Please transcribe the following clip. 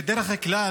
בדרך כלל,